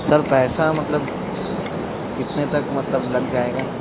سر پیسہ مطلب کتنے تک مطلب لگ جائے گا